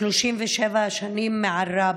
37 שנים, עראבה,